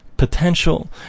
potential